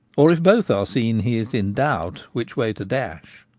or, if both are seen, he is in doubt which way to dash.